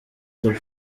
top